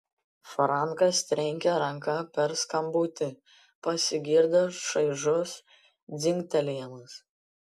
frankas trenkė ranka per skambutį pasigirdo šaižus dzingtelėjimas